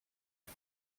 weg